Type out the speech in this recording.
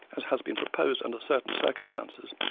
as has been proposed under certain circumstances,